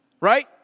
right